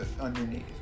underneath